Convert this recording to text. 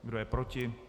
Kdo je proti?